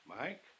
Mike